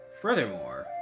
Furthermore